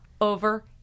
over